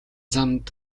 замд